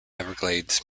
everglades